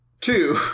Two